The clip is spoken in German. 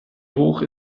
hoch